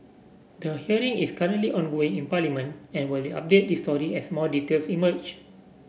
the hearing is currently ongoing in Parliament and we'll update this story as more details emerge